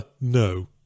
no